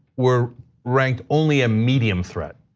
we're ranked only a medium threat.